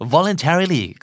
Voluntarily